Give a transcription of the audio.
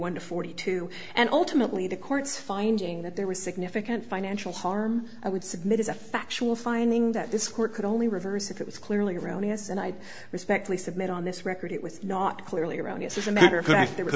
one to forty two and ultimately the court's finding that there was significant financial harm i would submit is a factual finding that this court could only reverse if it was clearly erroneous and i respectfully submit on this record it was not clearly erroneous as a matter of fact there w